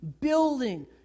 building